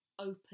open